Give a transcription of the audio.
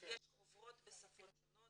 יש חוברות בשפות שונות,